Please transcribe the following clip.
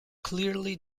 clearly